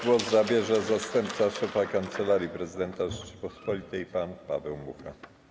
Głos zabierze zastępca szefa Kancelarii Prezydenta Rzeczypospolitej Polskiej pan Paweł Mucha.